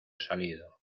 salido